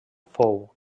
fou